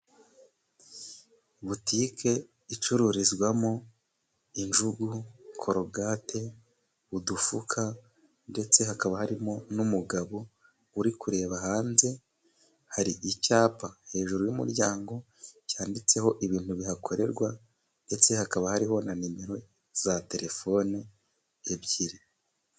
Butike icururizwamo injugu, korogate , udufuka ndetse hakaba harimo n'umugabo uri kureba hanze . Hari icyapa, hejuru y'umuryango cyanditseho ibintu bihakorerwa , ndetse hakaba hariho na nimero za terefone ebyiri.